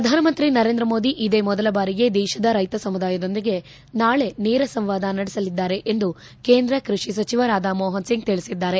ಪ್ರಧಾನಮಂತ್ರಿ ನರೇಂದ್ರ ಮೋದಿ ಇದೇ ಮೊದಲ ಬಾರಿಗೆ ದೇಶದ ರೈತ ಸಮುದಾಯದೊಂದಿಗೆ ನಾಳೆ ನೇರ ಸಂವಾದ ನಡೆಸಲಿದ್ದಾರೆ ಎಂದು ಕೇಂದ್ರ ಕೃಷಿ ಸಚಿವ ರಾಧಾ ಮೋಹನ್ ಸಿಂಗ್ ತಿಳಿಸಿದ್ದಾರೆ